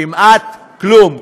כמעט כלום.